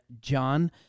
John